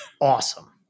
awesome